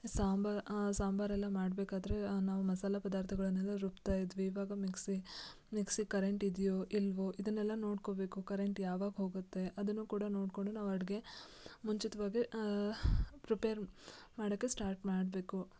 ಸಾಂಬಾ ಸಾಂಬಾರೆಲ್ಲ ಮಾಡಬೇಕಾದ್ರೆ ನಾವು ಮಸಾಲ ಪದಾರ್ಥಗಳನ್ನೆಲ್ಲ ರುಬ್ಬುತ್ತಾ ಇದ್ವಿ ಇವಾಗ ಮಿಕ್ಸಿ ಮಿಕ್ಸಿಗೆ ಕರೆಂಟ್ ಇದೆಯೋ ಇಲ್ಲವೋ ಇದನ್ನೆಲ್ಲ ನೋಡ್ಕೊಳ್ಬೇಕು ಕರೆಂಟ್ ಯಾವಾಗ ಹೋಗುತ್ತೆ ಅದನ್ನು ಕೂಡ ನೋಡಿಕೊಂಡು ನಾವು ಅಡುಗೆ ಮುಂಚಿತವಾಗೆ ಪ್ರಿಪೇರ್ ಮಾಡೋಕ್ಕೆ ಸ್ಟಾರ್ಟ್ ಮಾಡಬೇಕು